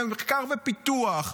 למחקר ופיתוח,